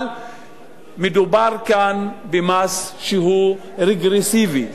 אבל מדובר כאן במס שהוא רגרסיבי,